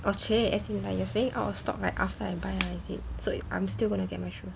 oh !chey! as in like you saying out of stock right after I buy lah is it so I'm still gonna get my shoes